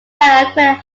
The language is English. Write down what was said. accurate